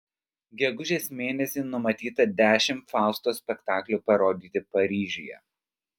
gegužės mėnesį numatyta dešimt fausto spektaklių parodyti paryžiuje